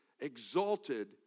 exalted